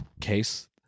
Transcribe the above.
case